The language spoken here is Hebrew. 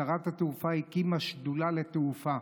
שרת התחבורה הקימה שדולה לתעופה.